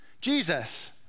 Jesus